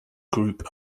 group